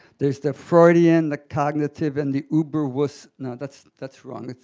there's the freudian, the cognitive, and the uberwuss no, that's that's wrong,